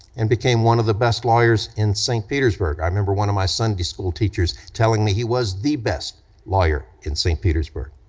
and became one of the best lawyers in st. petersburg, i remember one of my sunday school teachers telling me he was the best lawyer in st. petersburg.